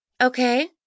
okay